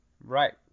Right